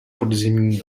podzimní